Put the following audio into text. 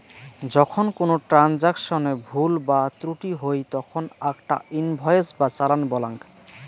যখন কোনো ট্রান্সাকশনে ভুল বা ত্রুটি হই তখন আকটা ইনভয়েস বা চালান বলাঙ্গ